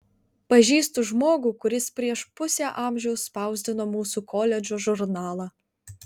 pažįstu žmogų kuris prieš pusę amžiaus spausdino mūsų koledžo žurnalą